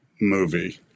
movie